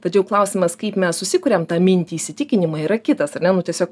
tačiau klausimas kaip mes susikuriam tą mintį įsitikinimai yra kitas ar ne nu tiesiog